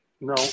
no